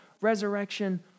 resurrection